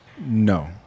No